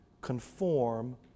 conform